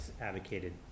advocated